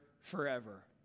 forever